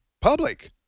public